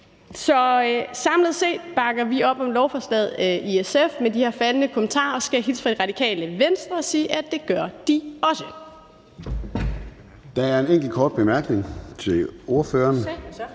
Så samlet set bakker vi op om lovforslaget i SF med de her faldne kommentarer, og så skal jeg hilse fra Radikale Venstre og sige, at det gør de også. Kl. 10:16 Formanden (Søren Gade): Der er en enkelt kort bemærkning til ordføreren.